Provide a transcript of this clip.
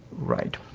right.